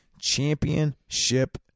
Championship